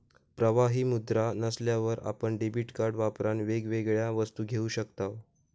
प्रवाही मुद्रा नसल्यार आपण डेबीट कार्ड वापरान वेगवेगळ्या वस्तू घेऊ शकताव